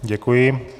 Děkuji.